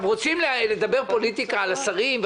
רוצים לדבר פוליטיקה על השרים,